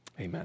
Amen